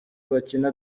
bakina